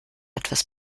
etwas